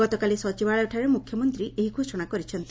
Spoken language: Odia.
ଗତକାଲି ସଚିବାଳୟଠାରେ ମୁଖ୍ୟମନ୍ତୀ ଏହି ଘୋଷଣା କରିଛନ୍ତି